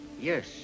Yes